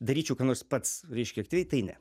daryčiau ką nors pats reiškia aktyviai tai ne